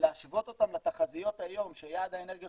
ולהשוות אותן לתחזיות היום שיעד האנרגיות